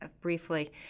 briefly